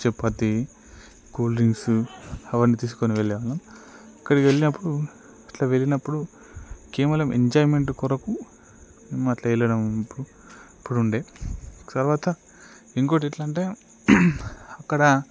chapati cool drinks అవన్నీ తీసుకుని వెళ్ళాను అక్కడికి వెళ్ళినప్పుడు అట్ల వెళ్ళినప్పుడు కేవలం ఎంజాయిమెంట్ కొరకు మేము అట్లా వెళ్ళడం అప్పుడు ఉండే తర్వాత ఇంకోటి ఎలా అంటే అక్కడ